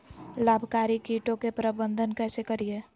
लाभकारी कीटों के प्रबंधन कैसे करीये?